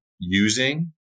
using